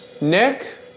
Nick